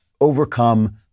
overcome